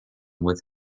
with